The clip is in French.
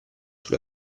sous